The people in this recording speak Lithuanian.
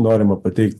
norima pateikt